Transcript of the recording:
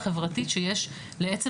את החשיבות הרגשית והחברתית שיש לעצם